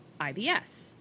IBS